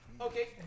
Okay